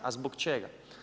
A zbog čega?